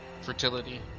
fertility